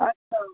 अच्छा